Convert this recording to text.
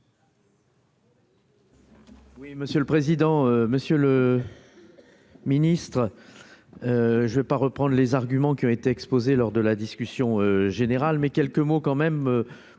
Oui, monsieur le président, Monsieur le Ministre, je veux pas reprendre les arguments qui ont été exposés lors de la discussion générale, mais quelques mots quand même pour cet